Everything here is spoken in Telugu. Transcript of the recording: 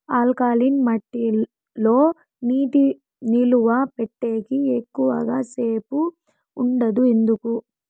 ఆల్కలీన్ మట్టి లో నీటి నిలువ పెట్టేకి ఎక్కువగా సేపు ఉండదు ఎందుకు